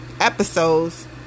episodes